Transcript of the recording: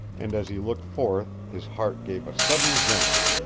and as he looked forth his heart gave a sudden jump.